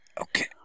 Okay